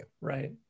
Right